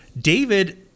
David